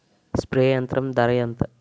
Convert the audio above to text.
Spray యంత్రం ధర ఏంతా?